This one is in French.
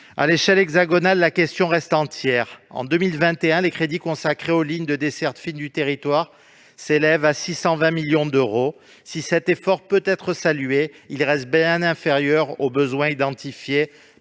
à l'échelle hexagonale, la question reste entière. En 2021, les crédits consacrés aux lignes de desserte fine du territoire s'élèvent à 620 millions d'euros. Si cet effort peut être salué, il reste bien inférieur aux besoins identifiés